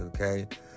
Okay